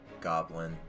goblin